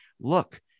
look